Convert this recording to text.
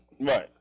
Right